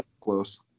close